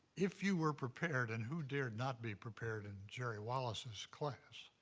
if you were prepared, and who dared not be prepared in jerry wallace's class,